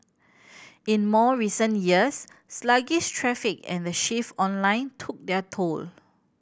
in more recent years sluggish traffic and the shift online took their toll